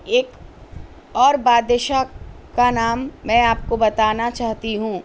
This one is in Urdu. ایک اور بادشاہ کا نام میں آپ کو بتانا چاہتی ہوں